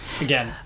again